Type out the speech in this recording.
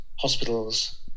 hospitals